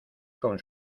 con